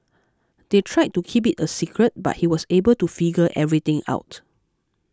they tried to keep it a secret but he was able to figure everything out